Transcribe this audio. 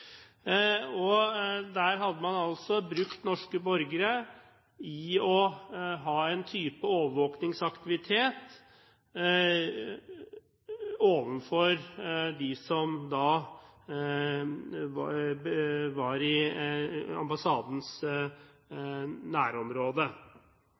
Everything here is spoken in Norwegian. Der hadde man altså brukt norske borgere til å ha en type overvåkningsaktivitet overfor dem som var i ambassadens nærområde – overvåkning av trafikk og aktivitet i ambassadens